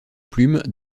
plume